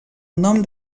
nom